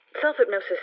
Self-hypnosis